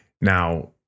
Now